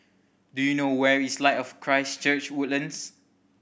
do you know where is Light of Christ Church Woodlands